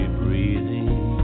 breathing